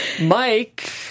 Mike